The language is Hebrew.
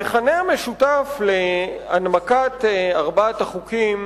המכנה המשותף של הנמקת ארבעת החוקים